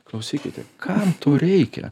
klausykite kam to reikia